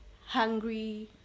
hungry